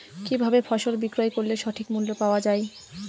কি ভাবে ফসল বিক্রয় করলে সঠিক মূল্য পাওয়া য়ায়?